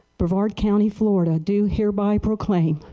brevard county glory do hear by proclaim